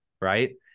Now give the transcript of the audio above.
right